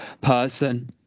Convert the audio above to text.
person